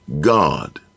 God